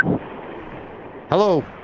Hello